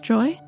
Joy